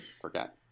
Forgot